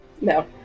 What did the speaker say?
no